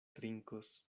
trinkos